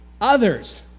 others